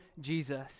Jesus